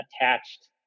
attached